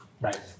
right